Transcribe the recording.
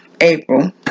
April